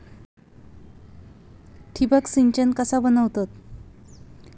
ठिबक सिंचन कसा बनवतत?